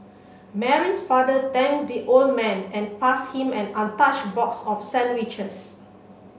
Mary's father thanked the old man and passed him an untouched box of sandwiches